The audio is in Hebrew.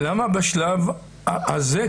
למה בשלב הזה,